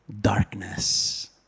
darkness